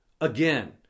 again